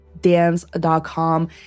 dance.com